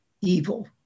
evil